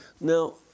Now